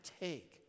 take